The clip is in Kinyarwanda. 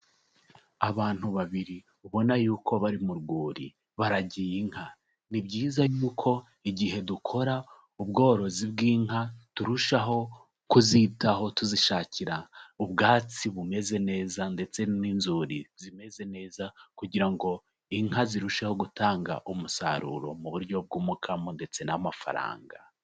Abantu babiri ubona yuko bari mu rwuri baragiye inka, ni byiza yuko igihe dukora ubworozi bw'inka, turushaho kuzitaho tuzishakira ubwatsi bumeze neza ndetse n'inzuri zimeze neza kugira ngo inka zirusheho gutanga umusaruro mu buryo bw'umukamo ndetse n'amafaranga.